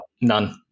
None